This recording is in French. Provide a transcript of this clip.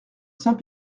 saint